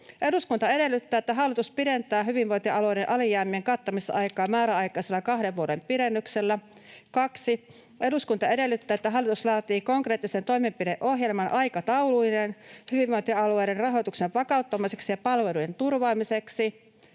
Eduskunta edellyttää, että hallitus pidentää hyvinvointialueiden alijäämien kattamisaikaa määräaikaisella kahden vuoden pidennyksellä.” ”2. Eduskunta edellyttää, että hallitus laatii konkreettisen toimenpideohjelman aikatauluineen hyvinvointialueiden rahoituksen vakauttamiseksi ja palvelujen turvaamiseksi.”